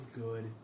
good